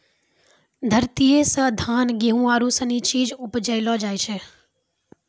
धरतीये से धान, गेहूं आरु सनी चीज उपजैलो जाय छै